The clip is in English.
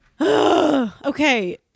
Okay